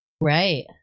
Right